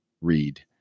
read